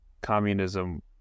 communism